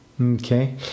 Okay